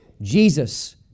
Jesus